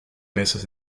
mesas